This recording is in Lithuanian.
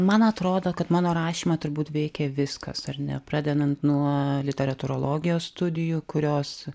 man atrodo kad mano rašymą turbūt veikė viskas ar ne pradedant nuo literatūrologijos studijų kurios